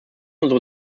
unsere